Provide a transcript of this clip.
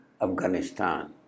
Afghanistan